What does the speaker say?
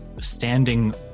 standing